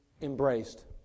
embraced